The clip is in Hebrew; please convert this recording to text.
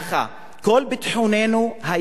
"כל ביטחוננו היה הבל ותוהו,